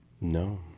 No